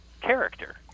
character